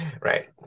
Right